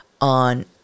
on